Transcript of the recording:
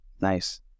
nice